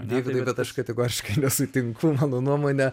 deividai bet aš kategoriškai nesutinku mano nuomone